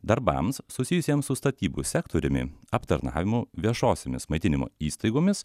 darbams susijusiems su statybų sektoriumi aptarnavimu viešosiomis maitinimo įstaigomis